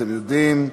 אתם יודעים.